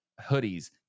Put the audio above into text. hoodies